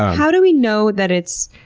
how do we know that it's